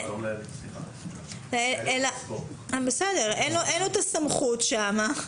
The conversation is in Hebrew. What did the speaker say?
אין לו את הסמכות שם.